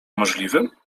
możliwym